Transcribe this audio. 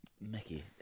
Mickey